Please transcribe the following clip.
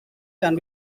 can